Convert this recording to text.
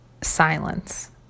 silence